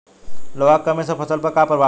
लोहा के कमी से फसल पर का प्रभाव होला?